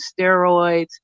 steroids